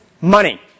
money